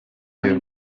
byo